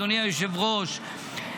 אדוני היושב-ראש,